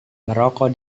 merokok